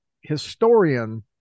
historian